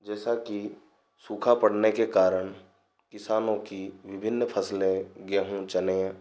जैसा कि सूखा पड़ने के कारण किसानों की विभिन्न फसलें गेहूँ चने